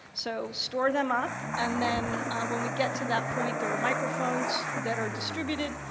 so store them up, and then when we get to that point, there are microphones that are distributed,